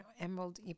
Emerald